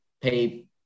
pay